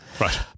Right